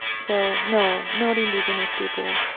so no, not indigenous people.